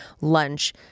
lunch